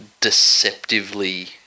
deceptively